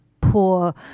poor